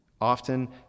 Often